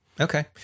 okay